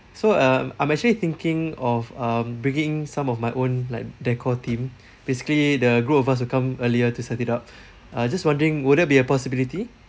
so uh I'm actually thinking of um bringing some of my own like decor team basically the group of us to come earlier to set it up uh just wondering would that be a possibility